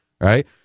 right